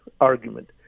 argument